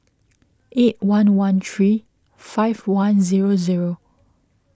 eight one one three five one zero zero